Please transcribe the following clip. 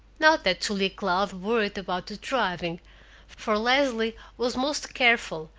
not that julia cloud worried about the driving for leslie was most careful,